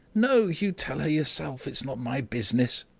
no, you tell her yourself, it's not my business!